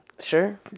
sure